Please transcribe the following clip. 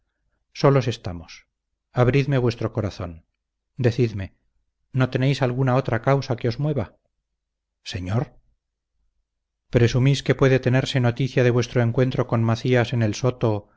solos estamos abridme vuestro corazón decidme no tenéis alguna otra causa que os mueva señor presumís que puede tenerse noticia de vuestro encuentro con macías en el soto